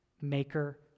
maker